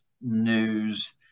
news